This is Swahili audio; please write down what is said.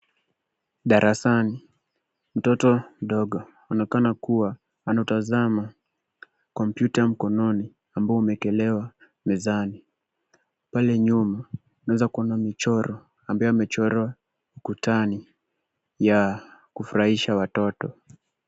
Darasani, mtoto mdogo anaonekana kuwa anautazama kompyuta mkononi ambao umeekelewa mezani. Pale nyuma tunaweza kuona michoro ambayo yamechorwa ukutani ya kufurahisha watoto.